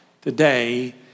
today